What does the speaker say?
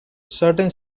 certain